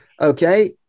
Okay